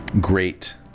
great